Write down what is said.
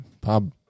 pub